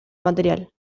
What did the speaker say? material